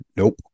Nope